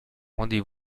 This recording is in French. rendez